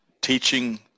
teaching